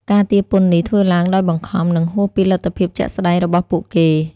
ការទារពន្ធនេះធ្វើឡើងដោយបង្ខំ និងហួសពីលទ្ធភាពជាក់ស្តែងរបស់ពួកគេ។